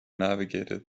navigated